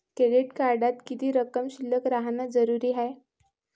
Credit कार्डात किती रक्कम शिल्लक राहानं जरुरी हाय?